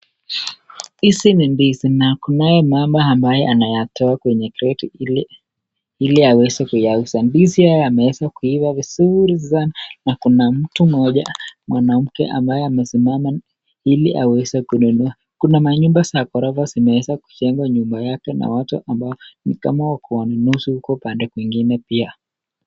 Hizi ni ndizi na kunaye mama anayatoa kwenye kreti ili aweze kuyauza. Ndizi haya yameweza kuiva vizuri sana na kuna mtu mmoja mwanamke ambaye amesimama ili aweze kununua. Kuna manyumba za ghorofa zimeweza kujengwa nyuma yake na watu ambao ni kama wako wanunuzi upande kwingine pia.